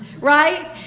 right